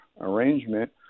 arrangement